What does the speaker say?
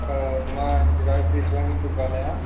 मां चिराज तेजवानी पियो ॻाल्हायां